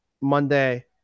Monday